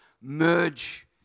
merge